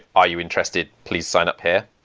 are you interested? please sign up here.